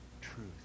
truth